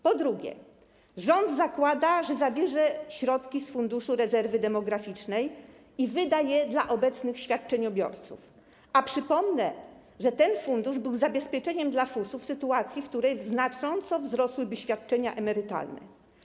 Po drugie, rząd zakłada, że zabierze środki z Funduszu Rezerwy Demograficznej i wyda je na obecnych świadczeniobiorców, a przypomnę, że ten fundusz był zabezpieczeniem dla FUS-u w sytuacji, w której znacząco wzrosłyby świadczenia emerytalne.